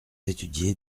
étudié